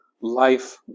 life